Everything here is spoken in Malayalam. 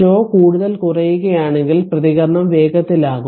τ കൂടുതൽ കുറയുകയാണെങ്കിൽ പ്രതികരണം വേഗത്തിൽ ആകും